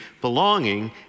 belonging